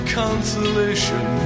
consolation